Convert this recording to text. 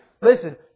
listen